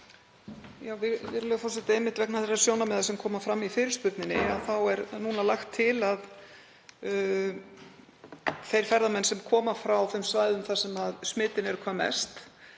Virðulegur forseti. Einmitt vegna þeirra sjónarmiða sem koma fram í fyrirspurninni er núna lagt til að þeir ferðamenn sem koma frá þeim svæðum þar sem smit er hvað mest